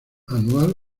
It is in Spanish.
anual